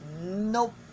nope